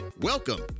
Welcome